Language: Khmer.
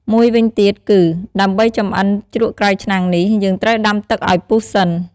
មួយវិញទៀតគឺ ដើម្បចម្អិនជ្រក់ក្រៅឆ្នាំងនេះ យើងត្រូវទឹកដាំឱ្យពុះសិន។